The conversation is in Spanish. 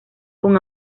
con